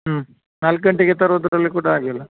ಹ್ಞೂ ನಾಲ್ಕು ಗಂಟೆಗೆ ತರೋದರಲ್ಲಿ ಕೂಡ ಹಾಗೆ ಅಲ್ಲ